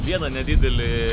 vieną nedidelį